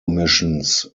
missions